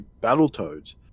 Battletoads